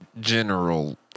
general